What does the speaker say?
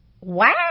Wow